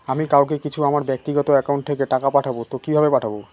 আমি কাউকে কিছু আমার ব্যাক্তিগত একাউন্ট থেকে টাকা পাঠাবো তো কিভাবে পাঠাবো?